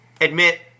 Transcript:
admit